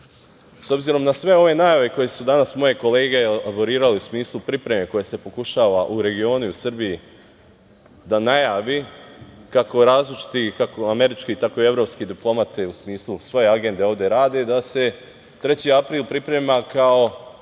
obzirom na sve ove najave koje su danas moje kolege elaborirale u smislu pripreme koja se pokušava u regionu i u Srbiji da najavi, kako različiti kako američke, tako i evropske diplomate u smislu svoje agende ovde rade, da se 3. april priprema kao